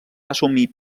assumir